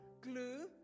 glue